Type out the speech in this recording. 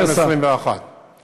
2021. תודה,